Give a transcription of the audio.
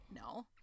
No